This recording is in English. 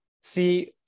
See